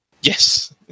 Yes